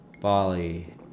Bali